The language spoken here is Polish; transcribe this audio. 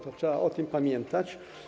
Trzeba o tym pamiętać.